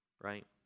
right